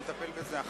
אני מבקש פעם נוספת.